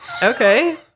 Okay